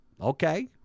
okay